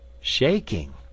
shaking